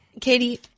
Katie